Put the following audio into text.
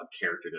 character